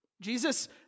Jesus